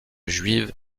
juive